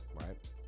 right